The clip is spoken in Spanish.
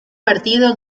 partido